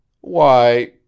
Why